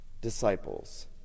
disciples